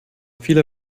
viele